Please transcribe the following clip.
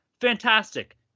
fantastic